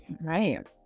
right